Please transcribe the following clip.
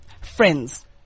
friends